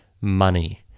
money